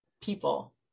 people